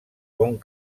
bon